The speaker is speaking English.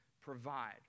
provide